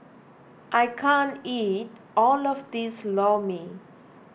I can't eat all of this Lor Mee